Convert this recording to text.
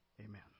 Amen